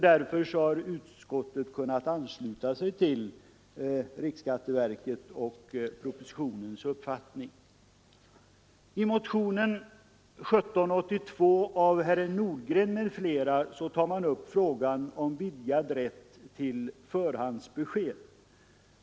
Därför har utskottet kunnat ansluta sig till riksskatteverkets och propositionens uppfattning. I motionen 1782 av herrar Nordgren m.fl. tas frågan upp om vidgad rätt till förhandsbesked.